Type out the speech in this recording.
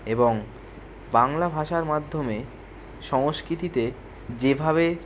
এবং বাংলা ভাষার মাধ্যমে সংস্কৃতিতে যেভাবে